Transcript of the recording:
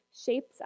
shapes